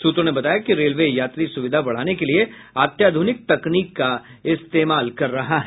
सूत्रों ने बताया कि रेलवे यात्री सुविधा बढ़ाने के लिए अत्याधुनिक तकनीक का इस्तेमाल कर रहा है